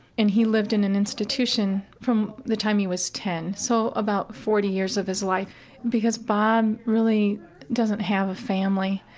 and he lived in an institution from the time he was ten, so about forty years of his life because bob really doesn't have a family,